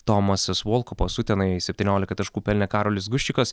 tomasas volkupas utenai septyniolika taškų pelnė karolis guščikas